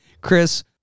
Chris